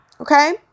Okay